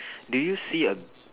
do you see a